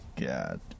God